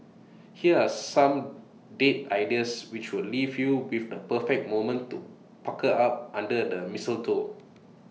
here are some date ideas which will leave you with the perfect moment to pucker up under the mistletoe